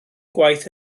gwaith